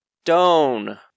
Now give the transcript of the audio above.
stone